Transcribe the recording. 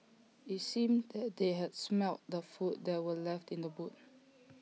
IT seemed that they had smelt the food that were left in the boot